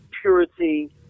purity